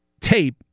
tape